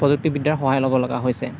প্ৰযুক্তিবিদ্যাৰ সহায় ল'ব লগা হৈছে